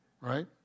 Right